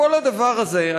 כל הדבר הזה,